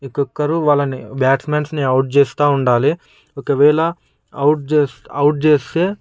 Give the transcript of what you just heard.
ఒక్కొక్కరు వాళ్లని బ్యాట్స్మ్యాన్ని అవుట్ చేస్తూ ఉండాలి ఒకవేళ అవుట్ చేస్తే అవుట్ చేస్తే